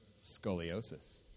scoliosis